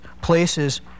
places